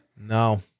No